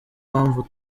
mpamvu